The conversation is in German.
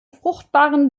fruchtbaren